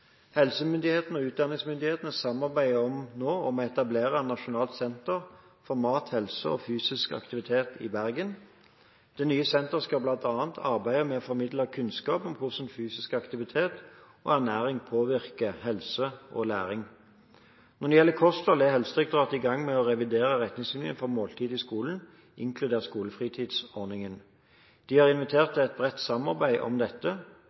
Helsemyndighetene og utdanningsmyndighetene samarbeider nå om å etablere Nasjonalt senter for mat, helse og fysisk aktivitet i Bergen. Det nye senteret skal bl.a. arbeide med å formidle kunnskap om hvordan fysisk aktivitet og ernæring påvirker helse og læring. Når det gjelder kosthold, er Helsedirektoratet i gang med å revidere retningslinjene for måltid i skolen, inkludert Skolefritidsordningen. De har invitert til et bredt samarbeid om dette.